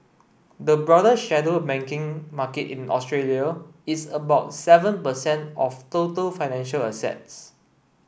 the broader shadow banking market in Australia is about seven per cent of total financial assets